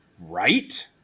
Right